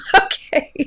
Okay